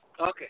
Okay